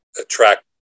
attract